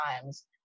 times